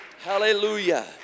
Hallelujah